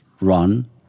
run